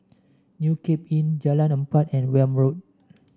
New Cape Inn Jalan Empat and Welm Road